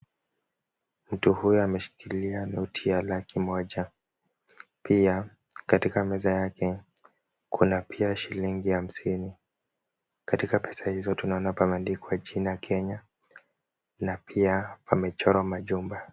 Mtu huyu ameshikilia noti ya laki moja. Pia katika meza yake, kuna pia shilingi hamsini. Katika pesa hizo tunaona pameandikwa jina Kenya na pia pamechorwa majumba.